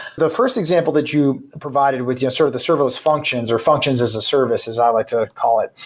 the first example that you provided with yeah sort of the serverless functions are functions as a service as i like to call it,